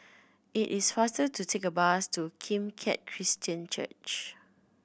it is faster to take bus to Kim Keat Christian Church